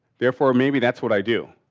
therefore, maybe that's what i do.